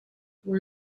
where